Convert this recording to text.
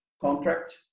contract